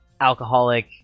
alcoholic